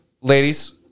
ladies